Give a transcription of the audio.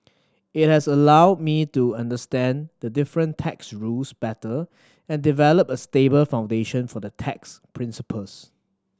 it has allowed me to understand the different tax rules better and develop a stable foundation for the tax principles